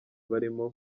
barimo